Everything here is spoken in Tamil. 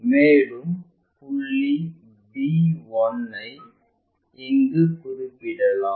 மேலும் புள்ளி b 1 ஐக் இங்கு குறிப்பிடலாம்